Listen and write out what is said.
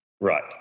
Right